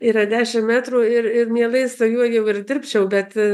yra dešimt metrų ir ir mielai su juo jau ir dirbčiau bet